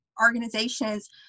organizations